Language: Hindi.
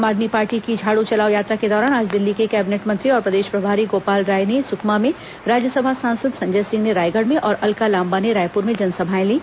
आम आदमी पार्टी की झाड़ चलाओ यात्रा के दौरान आज दिल्ली के कैबिनेट मंत्री और प्रदेश प्रभारी गोपाल राय ने सुकमा में राज्यसभा सांसद संजय सिंह ने रायगढ़ में और अलका लांबा ने रायपुर में जनसभाएं लीं